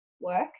work